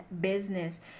business